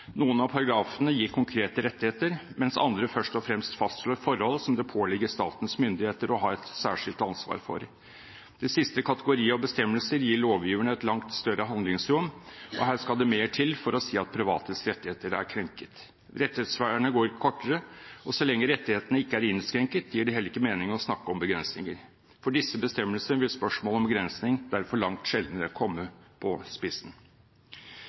Noen av paragrafene gir konkrete rettigheter, mens andre først og fremst fastslår forhold som det påligger statens myndigheter å ha et særskilt ansvar for. Den siste kategori av bestemmelser gir lovgiverne et langt større handlingsrom, og her skal det mer til for å si at privates rettigheter er krenket. Rettighetsvernet går kortere, og så lenge rettighetene ikke er innskrenket, gir det heller ikke mening å snakke om begrensninger. For disse bestemmelsene vil spørsmål om begrensning derfor langt sjeldnere komme på spissen.